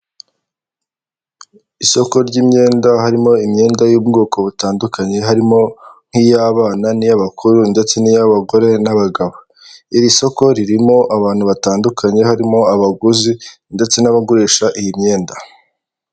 Isoko ry'imyenda harimo imyenda y'ubwoko butandukanye, harimo nk'iy'abana n'iy'abakuru ndetse n'iy'abagore n'abagabo, iri soko ririmo abantu batandukanye, harimo abaguzi ndetse n'abagurisha iyi myenda.